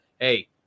Hey